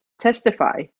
testify